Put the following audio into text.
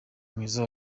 mwiza